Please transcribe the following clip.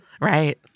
Right